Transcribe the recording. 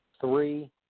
three